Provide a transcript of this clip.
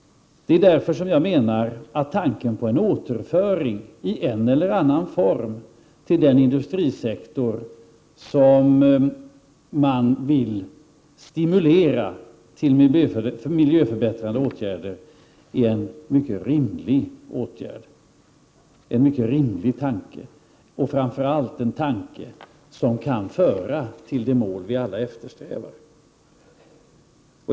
Det är därför som jag menar att tanken på en återföring i en eller annan form till den industrisektor som man vill stimulera att genomföra miljöförbättrande åtgärder är mycket rimlig. Det är en mycket rimlig tanke, och framför allt en tanke som kan föra till det mål vi alla eftersträvar.